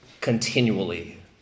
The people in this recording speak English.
continually